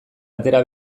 atera